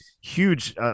huge –